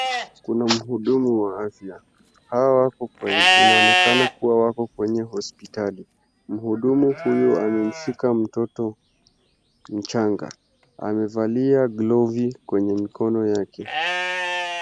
Kuna mhudumu wa afya ,inaonekana hawa wako kwenye hospitali, mhudumu huyu amemshika mtoto mchanga ,amevalia glovu kwenye mikono yake.